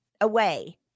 Away